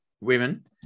women